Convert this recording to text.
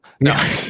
No